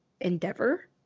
endeavor